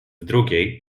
drugiej